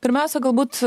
pirmiausia galbūt